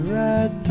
red